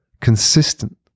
consistent